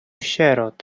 sierot